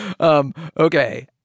Okay